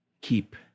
keep